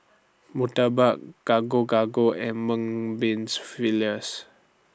Murtabak Gado Gado and Mung Beans Fritters